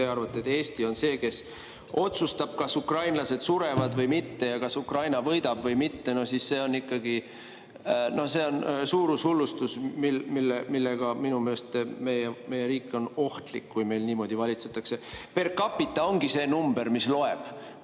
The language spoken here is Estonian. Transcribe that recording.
teie arvate, et Eesti on see, kes otsustab, kas ukrainlased surevad või mitte ja kas Ukraina võidab või mitte, no siis see on ikkagi suurushullustus, millega minu meelest meie riik on ohtlik, kui meil niimoodi valitsetakse. Per capitaongi see number, mis loeb.